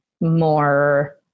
more